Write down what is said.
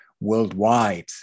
worldwide